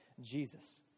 Jesus